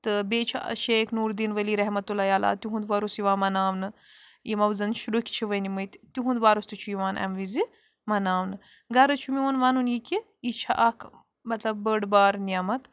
تہٕ بیٚیہِ چھُ شیخ نوٗر دیٖن ؤلی رحمَتُہ اللہِ تعالیٰ تِہند وۄرُس یِوان مناونہٕ یِمو زَن شُرکھِ چھِ ؤنمٕتۍ تِہُنٛد وۄرُس تہِ چھُ یِوان اَمہِ وِزِ مناونہٕ غرض چھُ میون ونُن یہِ کہِ یہِ چھُ اَکھ مطلب بٔڑ بارٕ نعمت